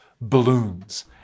balloons